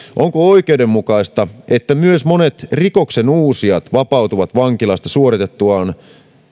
onko oikeudenmukaista että myös monet rikoksensuusijat vapautuvat vankilasta suoritettuaan